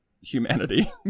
humanity